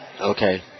Okay